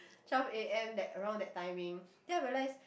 twelve a_m that around that timing then I realise